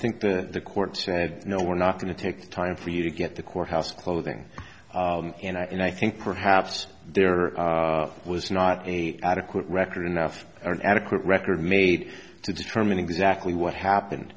think that the court said no we're not going to take the time for you to get the courthouse clothing and i think perhaps there was not a adequate record enough or an adequate record made to determine exactly what happened